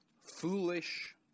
foolish